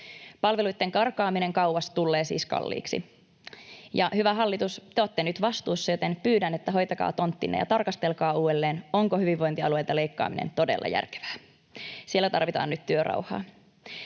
Palveluitten karkaaminen kauas tulee siis kalliiksi. Ja, hyvä hallitus, te olette nyt vastuussa, joten pyydän, että hoitakaa tonttinne ja tarkastelkaa uudelleen, onko hyvinvointialueilta leikkaaminen todella järkevää. Siellä tarvitaan nyt työrauhaa.